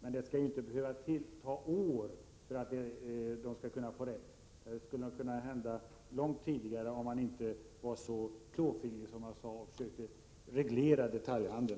Men det skall väl inte behöva ta år för att de skall få rätt? Det skulle kunna hända långt tidigare, om man inte vore så klåfingrig och försökte reglera detaljhandeln.